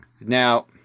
Now